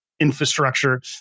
infrastructure